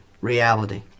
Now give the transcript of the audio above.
reality